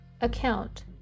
account